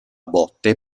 botte